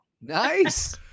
Nice